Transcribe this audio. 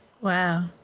Wow